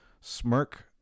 Smirk